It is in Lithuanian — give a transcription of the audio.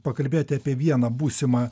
pakalbėti apie vieną būsimą